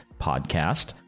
podcast